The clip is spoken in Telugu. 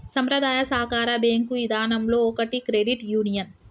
సంప్రదాయ సాకార బేంకు ఇదానంలో ఒకటి క్రెడిట్ యూనియన్